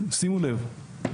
שימו לב.